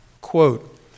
Quote